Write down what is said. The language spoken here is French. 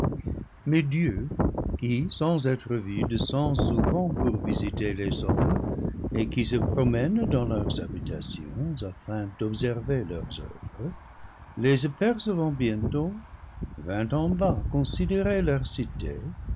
mais dieu qui sans être vu descend souvent pour visiter les hommes et qui se promène dans leurs habitations afin d'observer leurs oeuvres les apercevant bientôt vint en bas considérer leur cité